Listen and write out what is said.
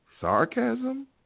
Sarcasm